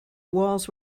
walls